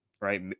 Right